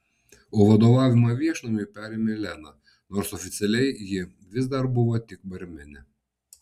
o vadovavimą viešnamiui perėmė lena nors oficialiai ji vis dar buvo tik barmenė